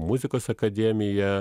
muzikos akademija